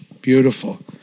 Beautiful